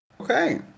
Okay